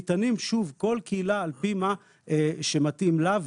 ניתנים בכל קהילה על פי מה שמתאים לה,